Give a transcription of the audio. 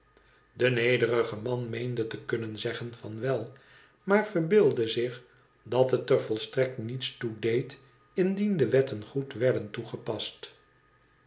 de nederige man meende te kunnen zeggen van wel maar verbeeldde zich dat het er volstrekt niets toe deed indien de wetten goed werden toegepast